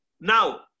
Now